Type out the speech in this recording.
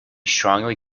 strongly